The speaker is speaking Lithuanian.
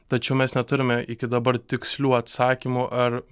tačiau mes neturime iki dabar tikslių atsakymų ar